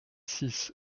six